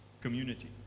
community